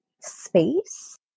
space